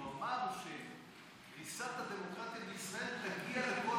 הוא אמר שדריסת הדמוקרטיה בישראל תגיע לכל